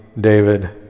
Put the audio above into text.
David